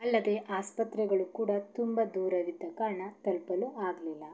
ಅಲ್ಲದೇ ಆಸ್ಪತ್ರೆಗಳು ಕೂಡ ತುಂಬ ದೂರವಿದ್ದ ಕಾರಣ ತಲುಪಲು ಆಗಲಿಲ್ಲ